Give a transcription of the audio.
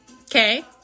Okay